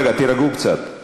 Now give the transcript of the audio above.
רגע, תירגעו קצת.